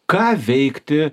ką veikti